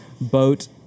boat